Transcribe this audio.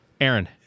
Aaron